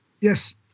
Yes